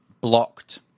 blocked